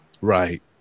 Right